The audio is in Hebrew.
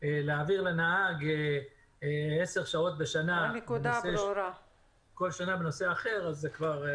להעביר לנהג עשר שעות בשנה בנושא אחר.